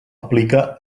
aplica